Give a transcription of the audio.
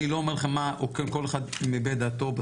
כל אחד מביע את דעתו,